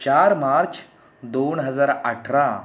चार मार्च दोन हजार आठरा